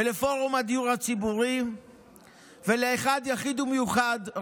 לפורום הדיור הציבורי ולאחד יחיד ומיוחד,